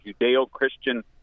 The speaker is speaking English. Judeo-Christian